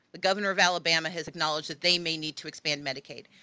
the governor of alabama has acknowledged that they may need to expand medicaid.